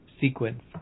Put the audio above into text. sequence